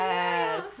Yes